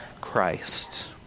Christ